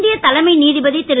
இந்திய தலைமை நீதிபதி திரு